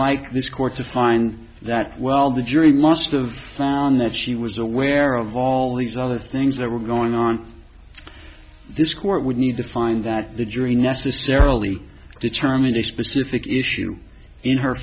like this court to find that well the jury must of found that she was aware of all these other things that were going on this court would need to find that the jury necessarily determined a specific issue in